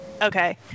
Okay